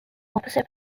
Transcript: opposite